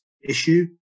issue